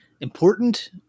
important